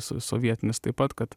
sovietinis taip pat kad